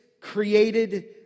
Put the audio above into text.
created